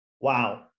Wow